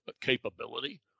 capability